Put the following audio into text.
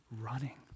running